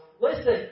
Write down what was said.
Listen